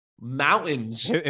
mountains